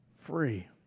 free